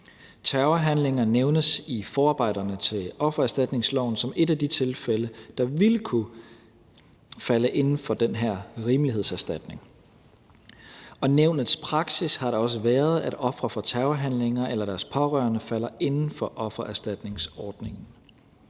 Terrorhandlinger nævnes i forarbejderne til offererstatningsloven som et af de tilfælde, der vil kunne falde inden for den her rimelighedserstatning, og nævnets praksis har da også været, at ofre for terrorhandlinger eller deres pårørende falder inden for offererstatningsordningen.